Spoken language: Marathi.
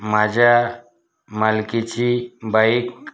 माझ्या मालकीची बाईक